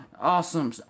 Awesome